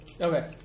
Okay